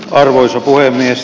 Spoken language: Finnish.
arvoisa puhemies